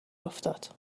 افتاد